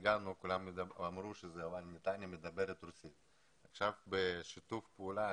כשהגענו כולם אמרו שנתניה מדברת רוסית ועכשיו בשיתוף פעולה,